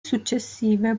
successive